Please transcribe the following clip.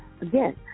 again